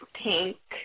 pink